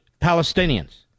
Palestinians